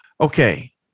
Okay